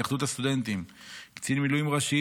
התאחדות הסטודנטים וקצין מילואים ראשי